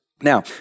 Now